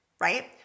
right